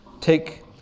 take